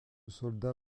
solda